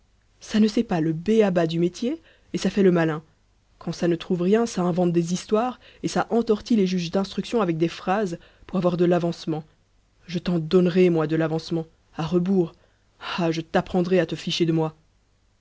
ça ne sait pas le b a ba du métier et ça fait le malin quand ça ne trouve rien ça invente des histoires et ça entortille les juges d'instruction avec des phrases pour avoir de l'avancement je t'en donnerai moi de l'avancement à rebours ah je t'apprendrai à te ficher de moi